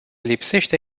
lipsește